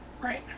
Right